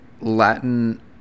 Latin